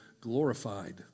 glorified